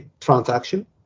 transaction